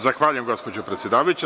Zahvaljujem gospođo predsedavajuća.